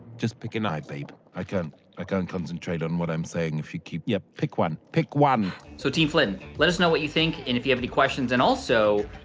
just pick an eye, babe. i can't. i can't concentrate on what i'm saying if you keep. yeah, pick one. pick one! so team flynn, let us know what you think, and if you have any questions. and also,